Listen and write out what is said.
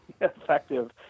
Effective